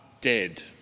dead